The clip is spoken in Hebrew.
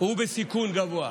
הוא בסיכון גבוה.